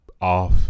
off